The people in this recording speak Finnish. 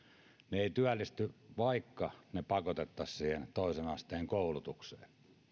he eivät työllisty vaikka heidät pakotettaisiin toisen asteen koulutukseen